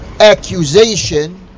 accusation